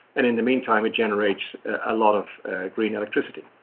and in the meantime it generates a lot of green electricity.